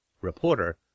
reporter